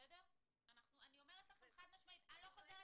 אני אומרת לכם חד משמעית: אני לא חוזרת